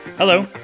Hello